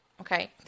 Okay